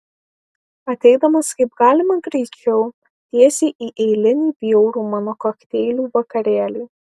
ateidamas kaip galima greičiau tiesiai į eilinį bjaurų mano kokteilių vakarėlį